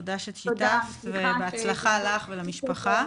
בהצלחה לך ולמשפחה.